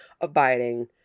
abiding